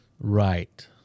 right